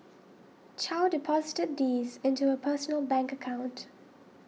chow deposited these into her personal bank account